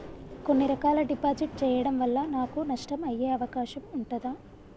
కొన్ని రకాల డిపాజిట్ చెయ్యడం వల్ల నాకు నష్టం అయ్యే అవకాశం ఉంటదా?